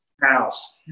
House